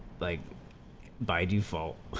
like by default,